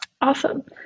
Awesome